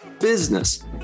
business